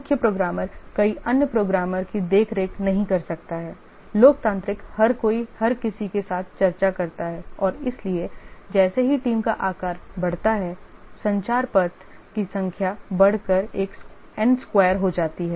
मुख्य प्रोग्रामर कई अन्य प्रोग्रामर की देखरेख नहीं कर सकता है लोकतांत्रिक हर कोई हर किसी के साथ चर्चा करता है और इसलिए जैसे ही टीम का आकार बढ़ता है संचार पथ की संख्या बढ़ कर N square हो जाती है